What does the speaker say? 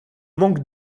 manque